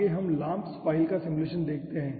आगे हम LAMMPS file का सिमुलेशन देखते हैं